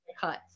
cuts